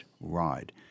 ride